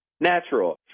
natural